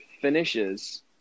finishes